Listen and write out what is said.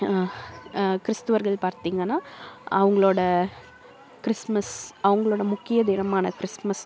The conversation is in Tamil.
கிறிஸ்துவர்கள் பார்த்திங்கனா அவங்களோட கிறிஸ்மஸ் அவங்களோட முக்கிய தினமான கிறிஸ்மஸ்